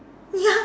ya